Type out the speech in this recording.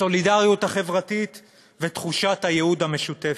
הסולידריות החברתית ותחושת הייעוד המשותפת.